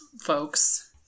folks